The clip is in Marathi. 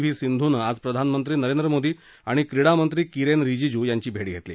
व्ही सिंधूनं आज प्रधानमंत्री नरेंद्र मोदी आणि क्रीडामंत्री किरेन रिजिजू यांची भेट घेतली